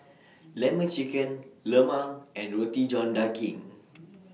Lemon Chicken Lemang and Roti John Daging